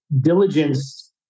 diligence